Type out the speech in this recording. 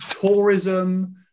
tourism